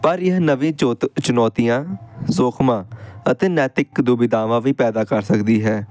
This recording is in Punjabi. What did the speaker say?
ਪਰ ਇਹ ਨਵੇ ਜੋਤ ਚੁਣੌਤੀਆਂ ਜ਼ੋਖਮਾ ਅਤੇ ਨੈਤਿਕ ਦੁਬਿਧਾਵਾਂ ਵੀ ਪੈਦਾ ਕਰ ਸਕਦੀ ਹੈ